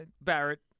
Barrett